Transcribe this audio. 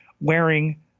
wearing